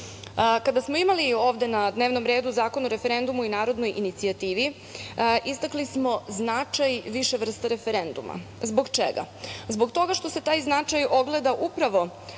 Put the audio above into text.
smo imali ovde na dnevnom redu Zakon o referendumu i narodnoj inicijativi, istakli smo značaj više vrsta referenduma. Zbog čega? Zbog toga što se taj značaj ogleda upravo